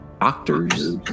doctors